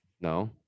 No